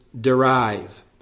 derive